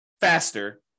faster